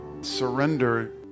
surrender